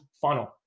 funnel